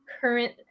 current